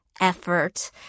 effort